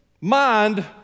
mind